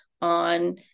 on